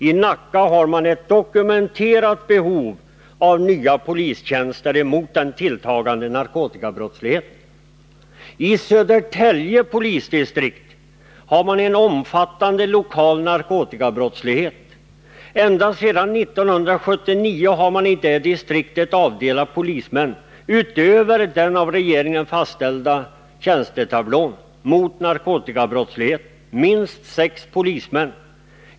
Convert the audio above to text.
I Nacka har man ett dokumenterat behov av nya polistjänster för att kunna bekämpa den tilltagande narkotikabrottsligheten. I Södertälje polisdistrikt har man en omfattande lokal narkotikabrottslighet. Ända sedan 1979 har man i det distriktet avdelat polismän, utöver dem som ingår i den av regeringen fastställda tjänstetablån, för arbetet mot narkotikabrottsligheten — minst sex polismän.